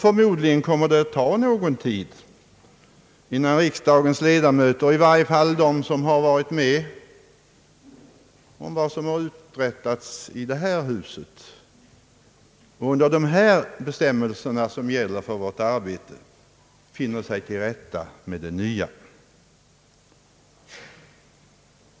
Förmodligen kommer det att ta någon tid innan riksdagens ledamöter, i varje fall de som har varit med om att uträtta något i det här huset och under de bestämmelser som nu gäller för vårt arbete, finner sig till rätta med det nya.